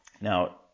Now